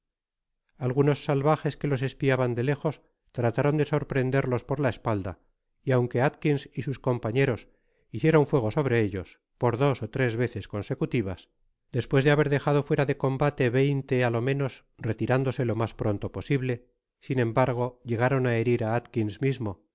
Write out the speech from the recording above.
algunos salvajes que los espiaban de lejos trataron de sorprenderlos por la espalda y aunque atkins y sus compañeros hicieron fuego sobre ellos por dos ó tres veces consecutivas despues de haber dejado fuera de combate veinte á lo menos retirándose lo mas pronto posible sin embargo llegaron á herir á atkins mismo